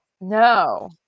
no